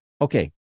okay